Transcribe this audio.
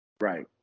Right